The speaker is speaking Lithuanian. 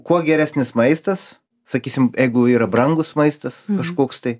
kuo geresnis maistas sakysim jeigu yra brangus maistas kažkoks tai